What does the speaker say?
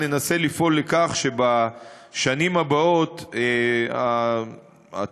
ננסה לפעול לכך שבשנים הבאות הצרכים